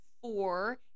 Four